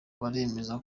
baremeza